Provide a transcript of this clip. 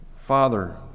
Father